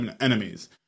enemies